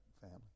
family